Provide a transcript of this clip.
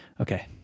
okay